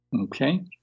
Okay